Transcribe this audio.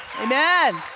Amen